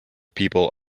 people